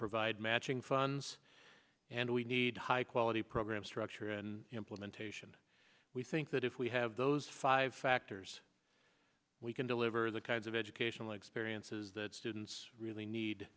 provide matching funds and we need high quality program structure and implementation we think that if we have those five factors we can deliver the kinds of educational experiences that students really need